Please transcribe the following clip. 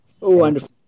Wonderful